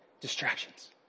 distractions